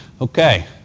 Okay